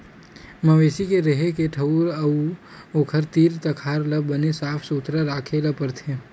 मवेशी के रेहे के ठउर अउ ओखर तीर तखार ल बने साफ सुथरा राखे ल परथे